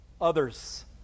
others